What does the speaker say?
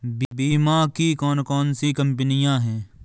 बीमा की कौन कौन सी कंपनियाँ हैं?